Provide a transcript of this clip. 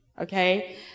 okay